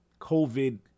covid